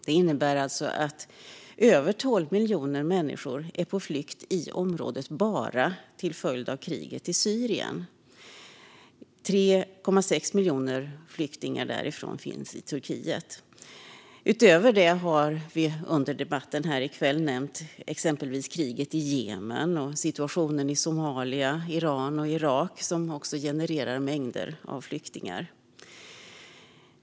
Det innebär alltså att över 12 miljoner människor är på flykt i området bara på grund av kriget i Syrien. 3,6 miljoner flyktingar därifrån finns i Turkiet. Utöver det har vi under debatten nämnt exempelvis kriget i Jemen och situationen i Somalia, Iran och Irak, som också genererar mängder av flyktingar.